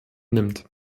nimmt